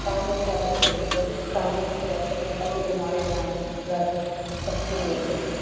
ਤਾਂ ਜੋ ਸਾਡਾ ਸਰੀਰ ਤੰਦਰੁਸਤ ਰਹਿ ਸਕੇ ਅਤੇ ਬਿਮਾਰੀਆਂ ਨਾਲ ਲੜਨ ਦੀ ਸ਼ਕਤੀ ਮਿਲ ਸਕੇ